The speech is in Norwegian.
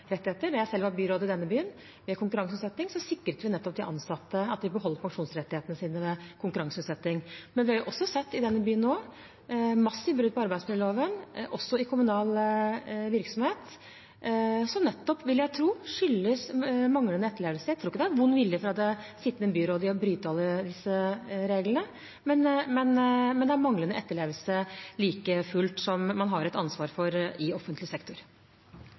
i denne byen, sikret vi nettopp at de ansatte beholdt pensjonsrettighetene sine ved konkurranseutsetting. Men vi har også sett nå, i denne byen, massive brudd på arbeidsmiljøloven, også i kommunal virksomhet, som nettopp – vil jeg tro – skyldes manglende etterlevelse. Jeg tror ikke det er vond vilje fra det sittende byrådet bak det å bryte alle disse reglene, men det er like fullt manglende etterlevelse, som man har et ansvar for i offentlig sektor.